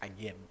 again